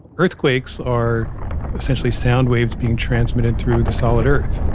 earthquakes are essentially sound waves being transmitted through the solid earth